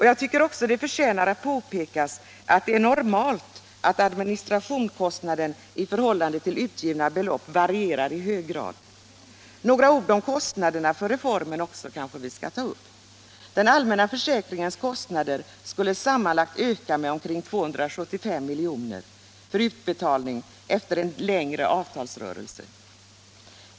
Jag tycker också att det förtjänar påpekas att det är normalt att administrationskostnaden i förhållande till utgivna belopp varierar i hög grad. Jag skall med några ord beröra kostnaderna för reformen. Den allmänna försäkringens kostnader skulle sammanlagt öka med omkring 275 milj.kr. för utbetalning efter en längre avtalsrörelse.